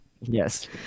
yes